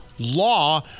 Law